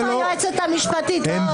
נכח פה בוועדה נציגי היועצת המשפטית לממשלה.